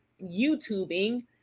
YouTubing